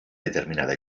determinada